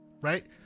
Right